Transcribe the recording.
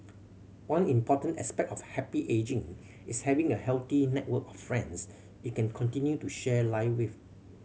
one important aspect of happy ageing is having a healthy network of friends you can continue to share life with